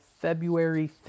February